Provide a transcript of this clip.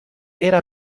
era